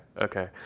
okay